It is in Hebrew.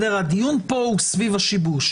הדיון פה הוא סביב השיבוש,